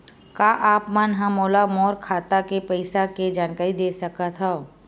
का आप मन ह मोला मोर खाता के पईसा के जानकारी दे सकथव?